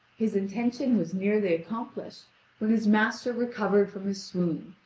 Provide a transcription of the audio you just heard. his intention was nearly accomplished when his master recovered from his swoon,